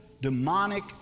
demonic